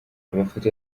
amafoto